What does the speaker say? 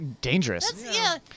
dangerous